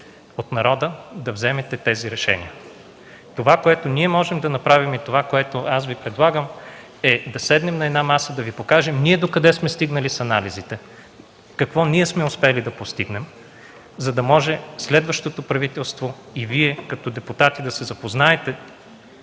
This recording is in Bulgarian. от народа да вземате тези решения! Това, което ние можем да направим и това, което аз Ви предлагам, е да седнем на една маса, да Ви покажем ние докъде сме стигнали с анализите, какво ние сме успели да постигнем, за да може следващото правителство и Вие като депутати да се запознаете